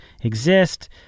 exist